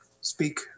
speak